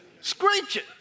Screeching